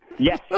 Yes